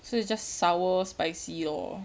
so it's just sour spicy lor